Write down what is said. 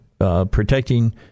Protecting